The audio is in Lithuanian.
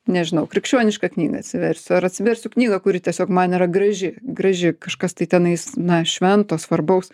nežinau krikščionišką knygą atsiversiu ar atsiversiu knygą kuri tiesiog man yra graži graži kažkas tai tenais na švento svarbaus